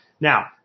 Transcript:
Now